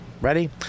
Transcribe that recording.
Ready